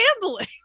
gambling